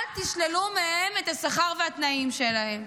אל תשללו מהם את השכר והתנאים שלהם.